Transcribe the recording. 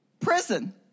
prison